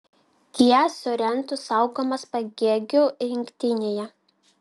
kia sorento saugomas pagėgių rinktinėje